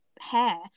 hair